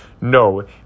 No